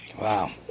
Wow